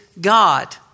God